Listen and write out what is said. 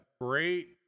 great